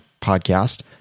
podcast